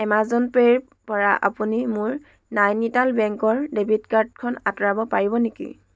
Amazon পে'ৰপৰা আপুনি মোৰ নাইনিটাল বেংকৰ ডেবিট কাৰ্ডখন আঁতৰাব পাৰিব নেকি